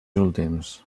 últims